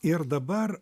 ir dabar